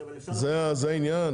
זה העניין?